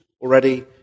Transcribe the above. already